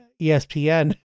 ESPN